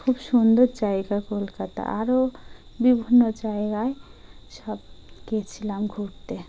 খুব সুন্দর জায়গা কলকাতা আরও বিভিন্ন জায়গায় সব গিয়েছিলাম ঘুরতে